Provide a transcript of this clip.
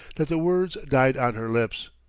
that the words died on her lips,